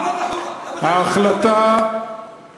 לא עבר לחורה גם, לא